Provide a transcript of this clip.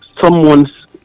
someone's